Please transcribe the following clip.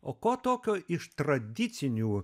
o ko tokio iš tradicinių